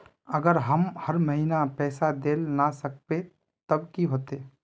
अगर हम हर महीना पैसा देल ला न सकवे तब की होते?